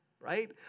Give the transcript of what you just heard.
right